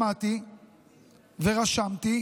שמעתי ורשמתי